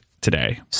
today